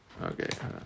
Okay